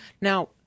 Now –